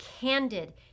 candid